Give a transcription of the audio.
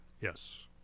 Yes